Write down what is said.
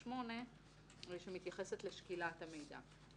38 שמתייחסת לשקילת המידע.